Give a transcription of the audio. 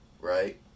right